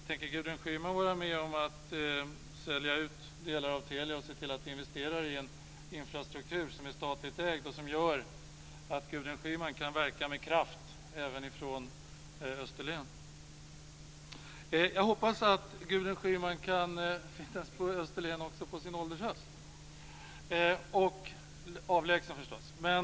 Tänker Gudrun Schyman vara med om att sälja ut delar av Telia och se till att vi investerar i en infrastruktur som är statligt ägd och som gör att Gudrun Schyman kan verka med kraft även från Österlen? Jag hoppas att Gudrun Schyman kan finnas på Österlen också på sin ålders höst - den är förstås avlägsen.